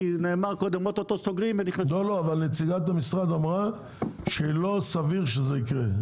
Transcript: נאמר קודם שאוטוטו סוגרים -- אבל נציגת המשרד אמרה שלא סביר שיקרה.